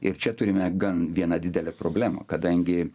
ir čia turime gan vieną didelę problemą kadangi